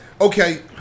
Okay